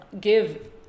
give